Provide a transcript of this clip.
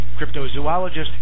cryptozoologist